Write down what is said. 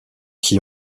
qui